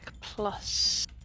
plus